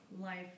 life